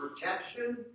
protection